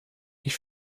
ich